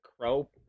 crow